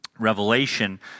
Revelation